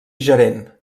gerent